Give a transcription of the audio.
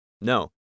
No